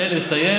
תן לי לסיים,